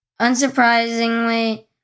unsurprisingly